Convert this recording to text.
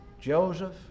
Joseph